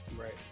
Right